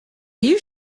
you